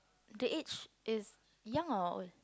the age is young or old